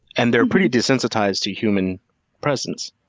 and they're pretty desensitized to human presence.